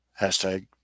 Hashtag